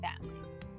families